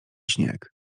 śnieg